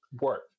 work